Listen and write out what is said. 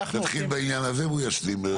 נתחיל בעניין הזה והוא ישלים.